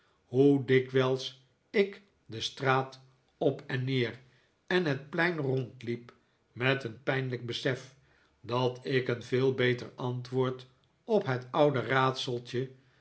hoe dikwijls ik de straat op en neer en het plein rondliep met een pijnlijk besef dat ik een veel beter antwoord op het oude raadseltje